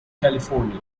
california